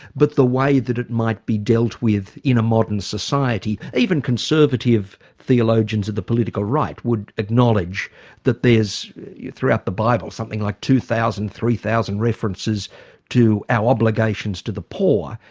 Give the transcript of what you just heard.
but the way that it might be dealt with in a modern society. even conservative theologians of the political right, would acknowledge that there's, throughout the bible, something like two thousand, three thousand references to our obligations to the poor.